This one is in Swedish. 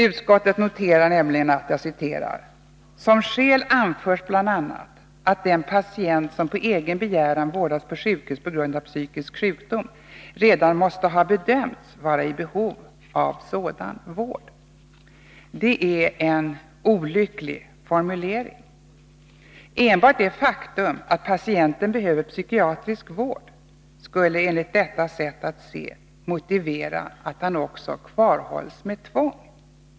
Jag citerar utskottet: ”Som skäl anförs bl.a. att den patient som på egen begäran vårdas på sjukhus på grund av psykisk sjukdom redan måste ha bedömts vara i behov av sådan vård.” Det är en olycklig formulering. Enbart det faktum att patienten behöver psykiatrisk vård skulle, enligt detta sätt att se, motivera att patienten kvarhålls med tvång.